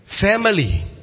Family